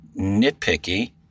nitpicky